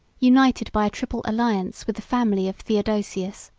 united by a triple alliance with the family of theodosius,